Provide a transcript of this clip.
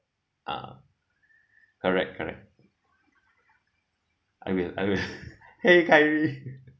ah correct correct I will I will !hey! kyrie